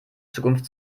zukunft